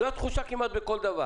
זו התחושה כמעט בכל דבר